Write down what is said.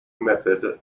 method